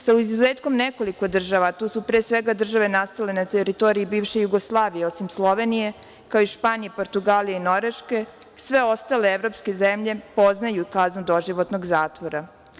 Sa izuzetkom nekoliko država, tu su pre svega države nastale na teritoriji bivše Jugoslavije, osim Slovenije, kao i Španije, Portugalije, Norveške, sve ostale evropske zemlje poznaju kaznu doživotnog zatvora.